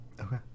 okay